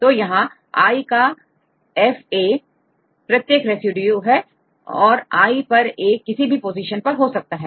तो यहां i का fa प्रत्येक रेसिड्यू हैऔर i पर a किसी भी पोजीशन पर हो सकता है